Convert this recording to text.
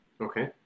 Okay